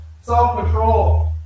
self-control